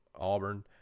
Auburn